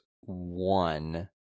One